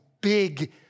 big